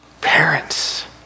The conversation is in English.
Parents